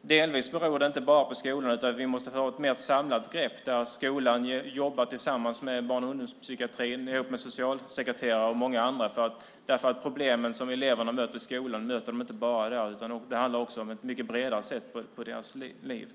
det inte bara beror på skolorna, utan vi måste få ett mer samlat grepp där skolan jobbar tillsammans med barn och ungdomspsykiatrin, socialsekreterare och många andra eftersom eleverna inte bara möter problem i skolan. Det handlar också på ett mycket bredare sätt om deras liv.